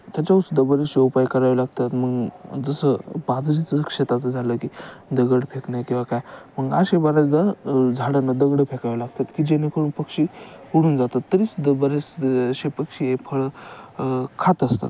त्याच्यावरसुद्धा बरेचसे उपाय करावे लागतात मग जसं बाजरीचं शेताचं झाल आहे की दगड फेकणे किंवा काय मग असे बऱ्याचदा झाडांनां दगड फेकावे लागतात की जेणेकरून पक्षी उडून जातात तरीसुद्धा बरेच असे पक्षी हे फळं खात असतात